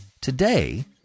Today